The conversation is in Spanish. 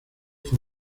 fue